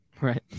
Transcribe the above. right